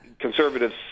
conservatives